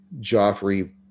joffrey